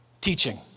teaching